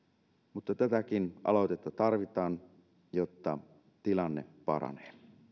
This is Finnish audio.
mutta tätäkin aloitetta tarvitaan jotta tilanne paranee